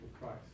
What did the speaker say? Christ